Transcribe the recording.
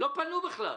לא פנו בכלל.